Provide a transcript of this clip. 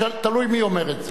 תלוי מי אומר את זה.